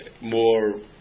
more